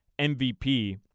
MVP